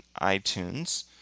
iTunes